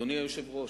אדוני היושב-ראש,